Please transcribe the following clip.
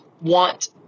want